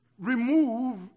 Remove